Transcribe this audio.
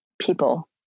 people